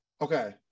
Okay